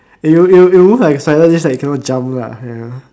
it will it will move like a spider just that it cannot jump lah you know